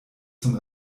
zum